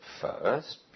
first